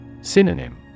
Synonym